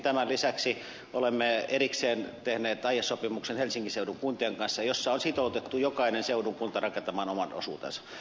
tämän lisäksi olemme erikseen tehneet aiesopimuksen helsingin seudun kuntien kanssa jossa on sitoutettu jokainen seudun kunta rakentamaan oman osuutensa